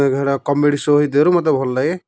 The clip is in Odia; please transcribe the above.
ଏଗୁଡ଼ା କମେଡି଼ ଶୋ ହୋଇଥିବାରୁ ମୋତେ ଭଲଲାଗେ